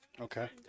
Okay